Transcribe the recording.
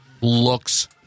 looks